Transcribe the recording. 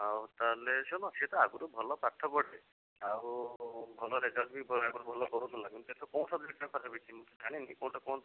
ଆଉ ତାହେଲେ ସିଏ ତ ଆଗରୁ ଭଲ ପାଠ ପଢ଼େ ଆଉ ଭଲ ରେଜଲ୍ଟ ବି ପରୀକ୍ଷା ଆଗରୁ ଭଲ କରୁଥିଲା କିନ୍ତୁ ଏଥର କୋଉ ସବଜେକ୍ଟଟା ଖରାପ୍ ହେଇଛି ମୁଁ ତ ଜାଣିନି କୋଉଟା କୁହନ୍ତୁ